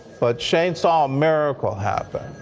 but shane saw a miracle happen.